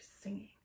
singing